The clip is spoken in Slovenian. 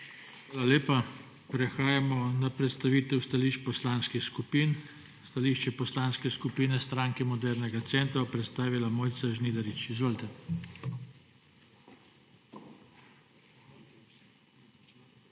Hvala lepa. Prehajamo na predstavitev stališč poslanskih skupin. Stališče Poslanske skupine Stranke modernega centra bo predstavila Mojca Žnidarič. Izvolite.